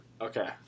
Okay